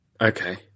Okay